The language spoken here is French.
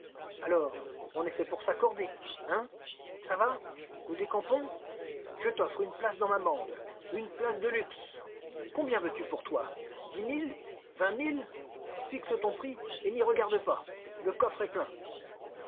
alors on est faits pour s'accorder hein ça va nous décampons je t'offre une place dans ma bande une place de luxe combien veux-tu pour toi dix mille vingt mille fixe ton prix et n'y regarde pas le coffre est plein